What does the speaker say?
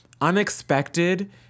unexpected